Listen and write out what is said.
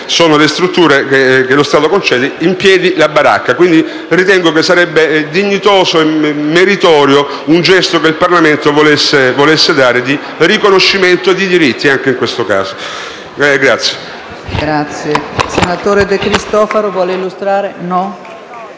sono le strutture che lo Stato concede loro, mantengono in piedi la baracca. Quindi, sarebbe dignitoso e meritorio un gesto, che il Parlamento volesse dare, di riconoscimento di diritti anche in questo caso.